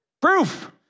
Proof